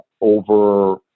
over